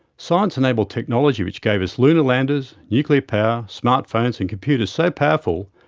science enabled technology which gave us lunar landers, nuclear power, smart phones and computers so powerful,